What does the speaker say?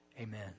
amen